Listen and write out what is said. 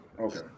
Okay